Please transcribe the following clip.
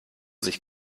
sich